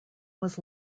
was